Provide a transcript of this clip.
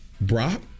Brock